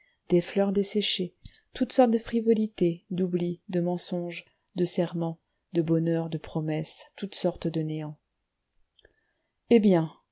des fleurs desséchées toutes sortes de frivolités d'oublis de mensonges de serments de bonheurs de promesses toutes sortes de néants eh bien